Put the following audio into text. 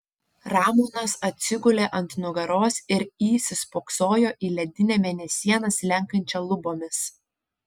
ramonas atsigulė ant nugaros ir įsispoksojo į ledinę mėnesieną slenkančią lubomis